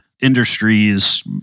industries